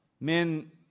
Men